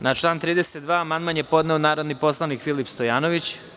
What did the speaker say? Na član 32. amandman je podneo narodni poslanik Filip Stojanović.